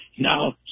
Now